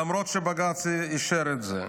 למרות שבג"ץ אישר את זה.